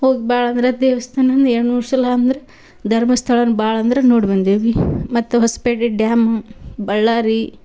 ಹೋಗಿ ಭಾಳಂದ್ರೆ ದೇವಸ್ಥಾನ ಅಂದು ಎರಡು ಮೂರು ಸಲ ಅಂದ್ರೆ ಧರ್ಮಸ್ಥಳನ ಭಾಳಂದ್ರೆ ನೋಡಿ ಬಂದೇವಿ ಮತ್ತು ಹೊಸಪೇಟೆ ಡ್ಯಾಮು ಬಳ್ಳಾರಿ